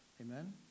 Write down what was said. Amen